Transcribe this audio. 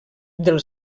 del